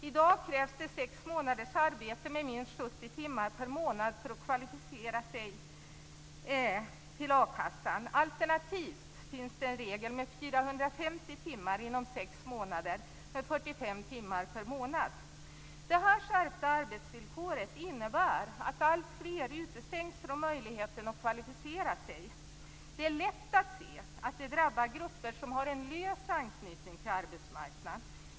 I dag krävs det sex månaders arbete med minst 70 timmar per månad för att kvalificera sig till a-kassan. Alternativt finns det en regel om 450 timmar inom sex månader med 45 timmar per månad. Detta skärpta arbetsvillkor innebär att alltfler utestängs från möjligheten att kvalificera sig. Det är lätt att se att det drabbar grupper som har en lös anknytning till arbetsmarknaden.